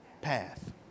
path